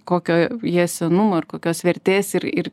kokio jie senumo ir kokios vertės ir ir